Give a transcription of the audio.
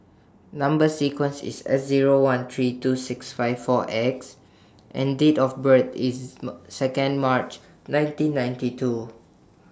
Number sequence IS S Zero one three two six five four X and Date of birth IS Second March nineteen ninety two